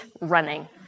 running